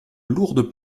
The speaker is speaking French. lourdes